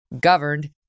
governed